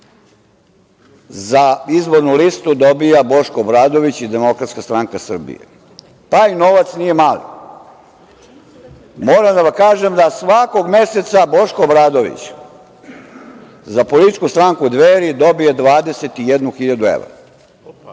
za izbornu listu dobija Boško Obradović i DSS. Taj novac nije mali. Moram da vam kažem da svakog meseca Boško Obradović za političku stranku Dveri dobije 21.000 evra